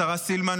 השרה סילמן,